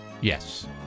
Yes